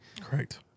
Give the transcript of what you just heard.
Correct